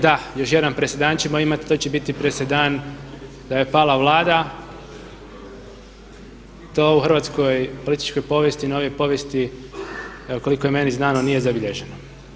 Da, još jedan presedan ćemo imati, to će biti presedan pala Vlada, to u hrvatskoj političkoj povijesti, novijoj povijesti evo koliko je meni znano nije zabilježeno.